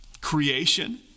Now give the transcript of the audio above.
creation